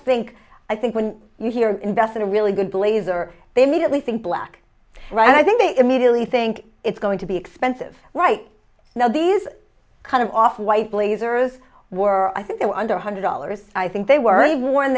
think i think when you here invest in a really good blazer they immediately think black right and i think they immediately think it's going to be expensive right now these kind of off white blazers were i think they were under one hundred dollars i think they w